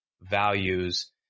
values